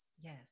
yes